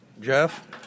Jeff